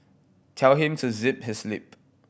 tell him to zip his lip